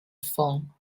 phone